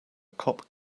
cop